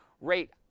rate